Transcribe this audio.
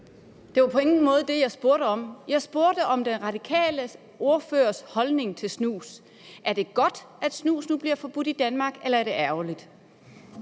Det var på ingen måde det, jeg spurgte om. Jeg spurgte om den radikale ordførers holdning til snus. Er det godt, at snus nu bliver forbudt i Danmark, eller er det ærgerligt?